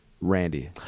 Randy